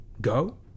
go